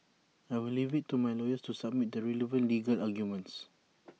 I will leave IT to my lawyers to submit the relevant legal arguments